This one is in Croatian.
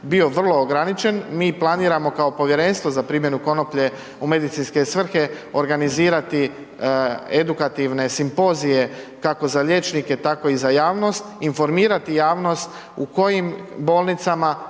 bio vrlo ograničen, mi planiramo kao povjerenstvo za primjenu konoplje u medicinske svrhe organizirati edukativne simpozije, kako za liječnike, tako i za javnost, informirati javnost u kojim bolnicama,